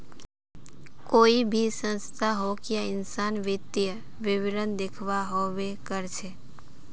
कोई भी संस्था होक या इंसान वित्तीय विवरण दखव्वा हबे कर छेक